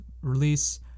release